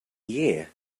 year